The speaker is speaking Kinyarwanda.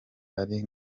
ari